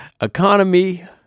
economy